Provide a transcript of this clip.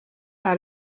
par